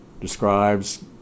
describes